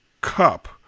cup